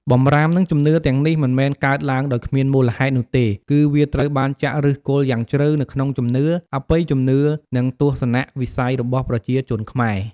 បម្រាមនិងជំនឿទាំងនេះមិនមែនកើតឡើងដោយគ្មានមូលហេតុនោះទេ គឺវាត្រូវបានចាក់ឫសគល់យ៉ាងជ្រៅនៅក្នុងជំនឿ អបិយជំនឿ និងទស្សនៈវិស័យរបស់ប្រជាជនខ្មែរ។